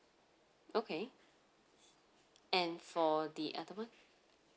okay and for the other one